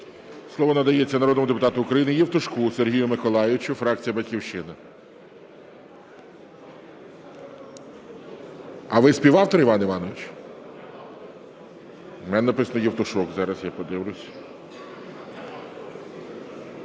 Слово надається народному депутату України Євтушку Сергію Миколайовичу, фракція "Батьківщина". А ви співавтор, Іван Іванович? У мене написано: Євтушок. Зараз я подивлюся.